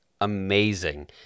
Amazing